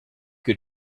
que